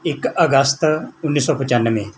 ਇਕ ਅਗਸਤ ਉੱਨੀ ਸੌ ਪਚਾਨਵੇਂ